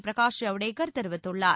பிரகாஷ் ஜவ்டேகர் தெரிவித்துள்ளார்